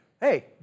Hey